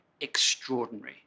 extraordinary